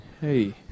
Hey